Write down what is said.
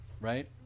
Right